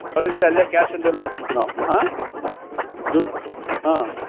ಕಳಿಸಿ ಅಲ್ಲೆ cash on delivery ಕೊಡ್ತಿವಿ ನಾವು ಹಾಂ ದುಡ್ಡು ಹಾಂ